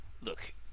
look